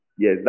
Yes